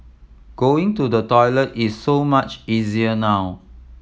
going to the toilet is so much easier now